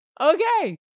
Okay